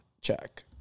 Check